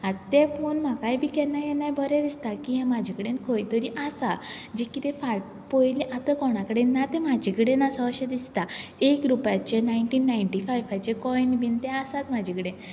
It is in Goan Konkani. आतां ते पळोवन म्हाकाय बी केन्ना केन्नाय बरें दिसता की म्हजे कडेन खंयतरी आसा जी किदें पळयलें आतां कोणा कडेन ना ते म्हजे कडेन आसा अशें दिसता एक रुपयाचे नायंटी फायफाचे कॉयन बीन ते आसात म्हजे कडेन